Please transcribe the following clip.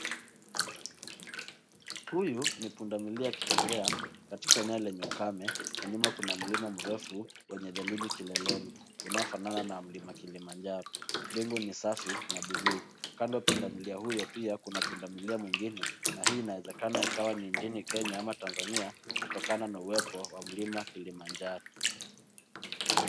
Huyu ni pundamilia akitembea, katika nyale yenye ukame na nyuma Kuna mlima mrefu wenye theluji kileleni unaofanana na mlima Kilimanjaro. Mbingu ni safi na buluu .Kando pundamilima huyo Kuna pundamilia mwingine na hii inawezekana ikawa ni nchini Kenya au Tanzania kutokana na uwepo wa mlima Kilimanjaro.